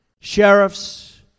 sheriffs